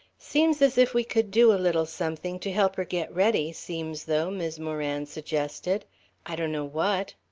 seems as if we could do a little something to help her get ready, seem's though, mis' moran suggested i donno what.